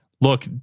Look